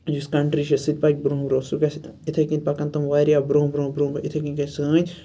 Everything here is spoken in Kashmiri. یُس کَنٹری چھِ سُہ تہِ پَکہِ برونٛہہ برونٛہہ سُہ گَژھِ اِتھے کٔنۍ پَکَن تِم واریاہ برونٛہہ برونٛہہ اِتھے کٔنۍ گَژھِ سٲنۍ